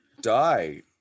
die